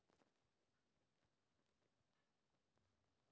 KYC कि होई छल?